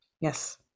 Yes